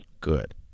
Good